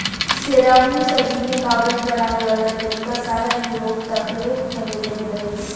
तेरहवीं सदी में कागज बनावे वाला तरीका सारा यूरोप तकले फईल गइल रहे